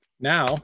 now